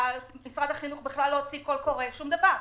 משרד החינוך לא הוציא קול קורא, שום דבר.